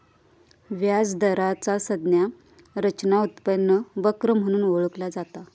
व्याज दराचा संज्ञा रचना उत्पन्न वक्र म्हणून ओळखला जाता